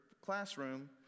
classroom